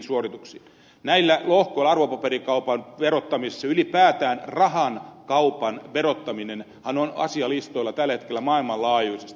näillä lohkoilla arvopaperikaupan verottamisessa ylipäätään rahan kaupan verottaminenhan on asialistoilla tällä hetkellä maailmanlaajuisesti